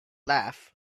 laugh